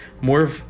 more